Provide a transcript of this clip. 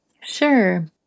Sure